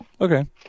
Okay